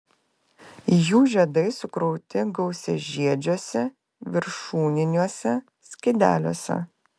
jų žiedai sukrauti gausiažiedžiuose viršūniniuose skydeliuose